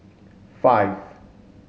five